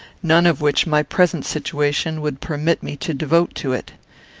none of which my present situation would permit me to devote to it.